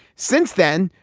since then,